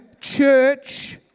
church